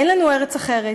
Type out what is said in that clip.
אין לנו ארץ אחרת,